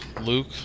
Luke